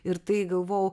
ir tai galvojau